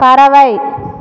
பறவை